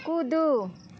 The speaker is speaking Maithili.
कुदू